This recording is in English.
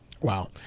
Wow